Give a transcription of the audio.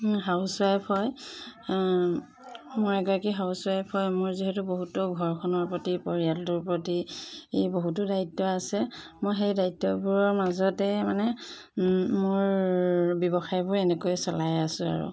house wife হয় মই এগৰাকী হাউচ ৱাইফ হয় মোৰ যিহেতু বহুতো ঘৰখনৰ প্ৰতি পৰিয়ালটোৰ প্ৰতি বহুতো দায়িত্ব আছে মই সেই দায়িত্ববোৰৰ মাজতে মানে মোৰ ব্যৱসায়বোৰ এনেকৈয়ে চলাই আছোঁ আৰু